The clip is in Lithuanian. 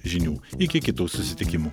žinių iki kitų susitikimų